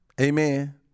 Amen